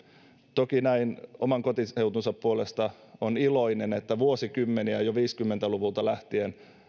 toki näin oman kotiseutunsa puolesta on iloinen että vuosikymmeniä jo viisikymmentä luvulta lähtien